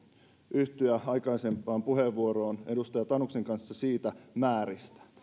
yhtyä aikaisempaan edustaja tanuksen puheenvuoroon määristä